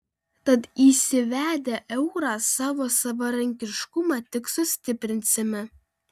tad įsivedę eurą savo savarankiškumą tik sustiprinsime